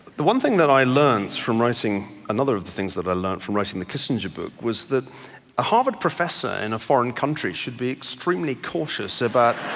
the one thing that i learnt from writing, another of things that i learnt from writing the kissinger book was that a harvard professor in a foreign country should be extremely cautious about